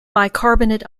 bicarbonate